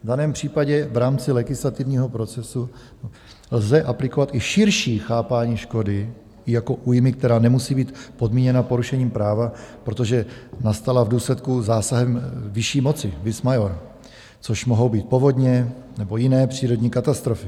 V daném případě v rámci legislativního procesu lze aplikovat i širší chápání škody i jako újmy, která nemusí být podmíněna porušením práva, protože nastala v důsledku zásahu vyšší moci, vis maior, což mohou být povodně nebo jiné přírodní katastrofy.